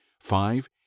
Five